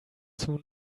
soon